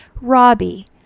Robbie